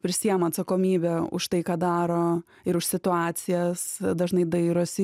prisiėma atsakomybę už tai ką daro ir už situacijas dažnai dairosi